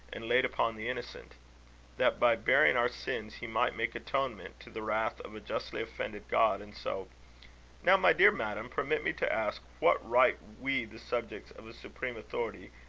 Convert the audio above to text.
and laid upon the innocent that, by bearing our sins, he might make atonement to the wrath of a justly offended god and so now, my dear madam, permit me to ask what right we, the subjects of a supreme authority,